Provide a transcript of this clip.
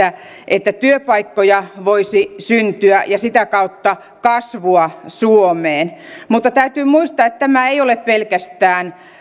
että työpaikkoja voisi syntyä ja sitä kautta kasvua suomeen mutta täytyy muistaa että tämä ei ole